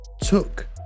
took